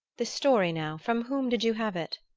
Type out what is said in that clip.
this story, now from whom did you have it?